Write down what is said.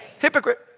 Hypocrite